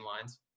lines